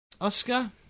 Oscar